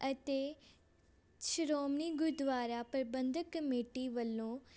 ਅਤੇ ਸ਼੍ਰੋਮਣੀ ਗੁਰਦੁਆਰਾ ਪ੍ਰਬੰਧਕ ਕਮੇਟੀ ਵੱਲੋਂ